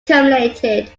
terminated